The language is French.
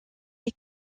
est